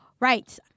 Right